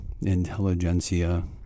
intelligentsia